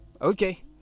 Okay